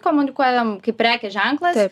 komunikuojam kaip prekės ženklas